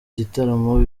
gitaramo